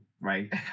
right